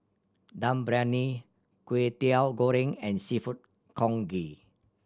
Dum Briyani Kwetiau Goreng and Seafood Congee